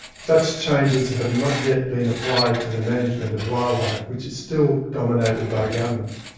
such changes have not yet been applied to the management of wildlife which is still dominated by governments.